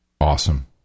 Awesome